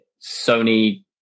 sony